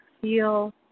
feel